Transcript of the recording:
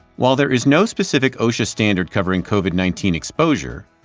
while there is no specific osha standard covering covid nineteen exposure,